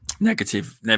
negative